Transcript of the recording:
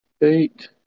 eight